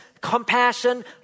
compassion